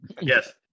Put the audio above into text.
Yes